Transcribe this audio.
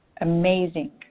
amazing